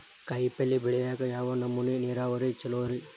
ಕಾಯಿಪಲ್ಯ ಬೆಳಿಯಾಕ ಯಾವ ನಮೂನಿ ನೇರಾವರಿ ಛಲೋ ರಿ?